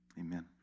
Amen